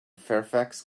fairfax